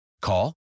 Call